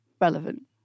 relevant